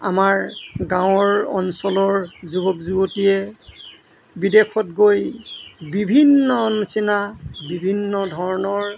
আমাৰ গাঁৱৰ অঞ্চলৰ যুৱক যুৱতীয়ে বিদেশত গৈ বিভিন্ন নিচিনা বিভিন্ন ধৰণৰ